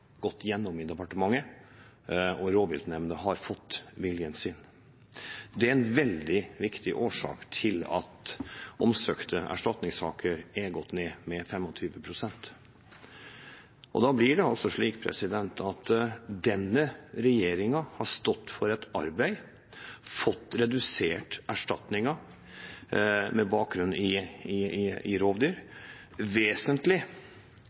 gått igjennom i departementet, og rovviltnemnda har fått viljen sin. Det er en veldig viktig årsak til at antallet omsøkte erstatninger har gått ned med 25 pst. Da er det slik at denne regjeringen har stått for et arbeid og fått redusert erstatningen med bakgrunn i rovdyr vesentlig.